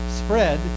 spread